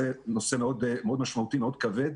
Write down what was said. זה נושא מאוד משמעותי ומאוד כבד.